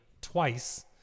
twice